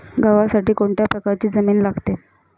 गव्हासाठी कोणत्या प्रकारची जमीन लागते?